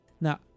Now